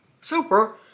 super